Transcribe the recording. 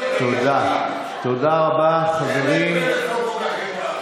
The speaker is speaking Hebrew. יעקב אשר (יהדות התורה): יעקב אשר (יהדות התורה):